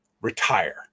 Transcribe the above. retire